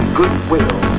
goodwill